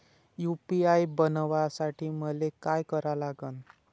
UPI बनवासाठी मले काय करा लागन?